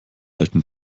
alten